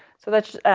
so that um,